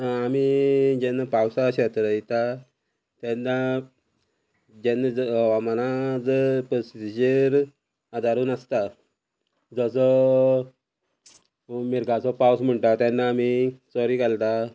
आमी जेन्ना पावसा शेतां रोयता तेन्ना जेन्ना हवामान जर परिस्थितीचेर आदारून आसता जाचो मिर्गाचो पावस म्हणटा तेन्ना आमी चरी घालता